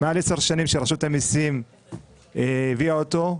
מעל 10 שנים שרשות המיסים העבירה אותו.